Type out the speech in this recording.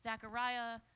Zachariah